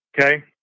Okay